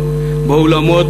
באולמות,